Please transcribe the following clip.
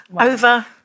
over